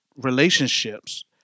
relationships